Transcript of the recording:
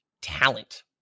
talent